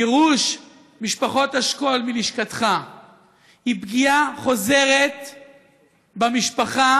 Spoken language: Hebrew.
גירוש משפחות השכול מלשכתך הוא פגיעה חוזרת במשפחה,